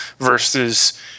versus